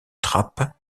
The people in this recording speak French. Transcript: trappes